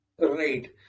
Right